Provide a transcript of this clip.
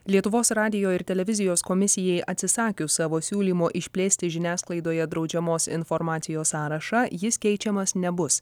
lietuvos radijo ir televizijos komisijai atsisakius savo siūlymo išplėsti žiniasklaidoje draudžiamos informacijos sąrašą jis keičiamas nebus